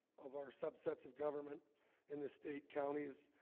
of our subsets of government in the state counties